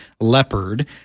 leopard